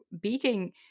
beating